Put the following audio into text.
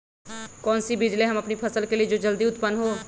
कौन सी बीज ले हम अपनी फसल के लिए जो जल्दी उत्पन हो?